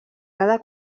cada